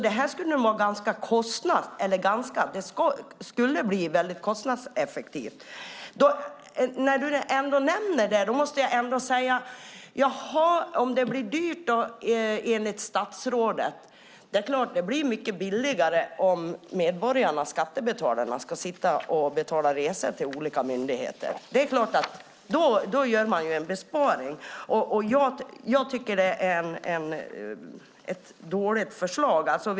Det skulle bli väldigt kostnadseffektivt. Enligt statsrådet blir det dyrt. Det blir förstås mycket billigare om medborgarna - skattebetalarna - betalar resor till olika myndigheter. Det är klart att man då gör en besparing. Jag tycker att det är ett dåligt förslag.